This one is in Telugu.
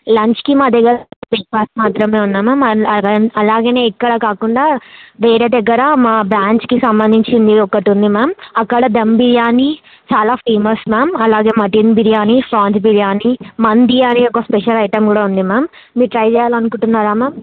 లంచ్కి మా దగ్గర బ్రేక్ఫాస్ట్ మాత్రమే ఉన్నాయి మ్యామ్ అలాగనే ఇక్కడ కాకుండా వేరే దగ్గర మా బ్రాంచ్కి సంబంధించింది ఒకటి ఉంది మ్యామ్ అక్కడ ధమ్ బిర్యానీ చాలా ఫేమస్ మ్యామ్ అలాగే మటన్ బిర్యానీ ప్రాన్స్ బిర్యానీ మందీ అనే ఒక స్పెషల్ ఐటమ్ కూడా ఉంది మ్యామ్ మీరు ట్రై చేయాలని అనుకుంటున్నారా మ్యామ్